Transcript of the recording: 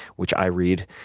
which i read,